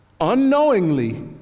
unknowingly